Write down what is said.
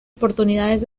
oportunidades